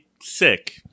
sick